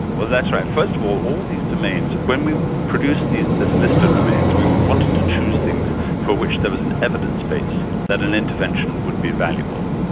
well that's right. first of all, all these domains, when we produced this list of domains we wanted to choose things for which there was an evidence base that an intervention would be valuable.